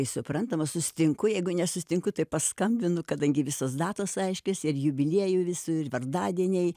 tai suprantama susitinku jeigu nesutinku tai paskambinu kadangi visos datos aiškios ir jubiliejų visų ir vardadieniai